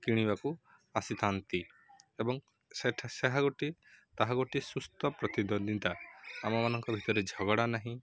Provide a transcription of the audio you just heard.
କିଣିବାକୁ ଆସିଥାନ୍ତି ଏବଂ ସେଠା ସେ ଗୋଟିଏ ତାହା ଗୋଟିଏ ସୁସ୍ଥ ପ୍ରତିଦ୍ୱନ୍ଦିତା ଆମମାନଙ୍କ ଭିତରେ ଝଗଡ଼ା ନାହିଁ